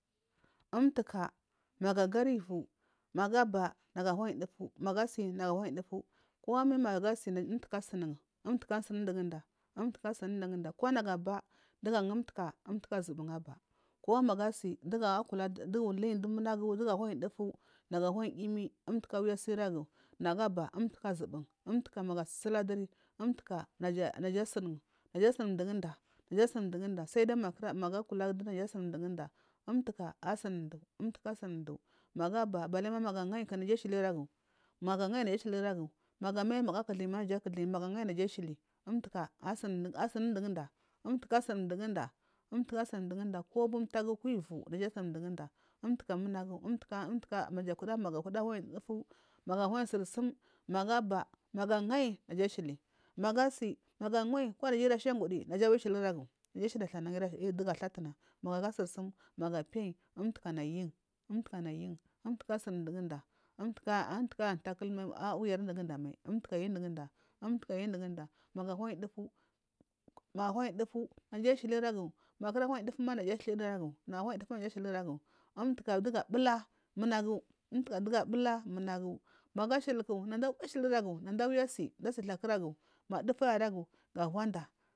Umtuka magugari lai nagu aba nagu ahuwuyan dufu magu asi nagu anayi dufu kuma mi magu asi umtuka asumun umtuka asun mduguda umtuka asun mduguda ko nagu abar umtuka azubun aba koma mangu asi dugu uhyn dumunagu asa huwan dfu yimi umtuka awi asi iragu nagu abar umtuka azubun umtuka magu tsutsula duri naga asunun naga asun mduguda saidai magu kura kula naja asun mduguda umtuka asun mdu magu abar balima magu angai naja abiragu magu akutha ma naja asili iragu umtuka asun unuguda umtaka asunmduguda umtuka asunmduguda ko abu mtagu ka ivi naja asun mduguda umtaka munagu umtuka magu kuda nayi dufu magu huwai sursum magu abar magu angayi naja ashil magu asi kuduja ida shangudi naja ashili iragu kuja asiya thlan tupu athatu na magu aga sursum magu apiyan umtukana ayan umtukuna yin umtuka asunun umtuka aiyi antakal atwira unugudama umtuka ayu mduguda umtuka ayudugunda magu ahuwan dufu magu ahuwan dufu naja awi ashiliragu magu kura nayi dufuma naja awi ashiliragu magu ahuwan dufuma naja awi ashiliragu umtukuka dufu abuja munagu umtuka dufu bula munagu magu ashiliku. Nada awi ashileragu nada awi asa thakuragu ma dufu aiyi aragu gawanda.